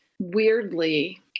Weirdly